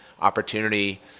opportunity